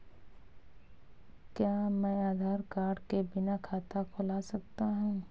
क्या मैं आधार कार्ड के बिना खाता खुला सकता हूं?